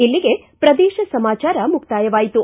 ಇಲ್ಲಿಗೆ ಪ್ರದೇಶ ಸಮಾಚಾರ ಮುಕ್ತಾಯವಾಯಿತು